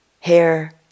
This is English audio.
Hair